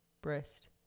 Breast